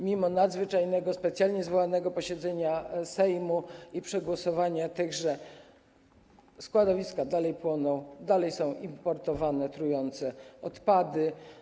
Mimo nadzwyczajnego, specjalnie zwołanego posiedzenia Sejmu i przegłosowania tychże ustaw, składowiska dalej płoną, dalej importowane są trujące odpady.